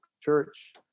church